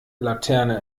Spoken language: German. laterne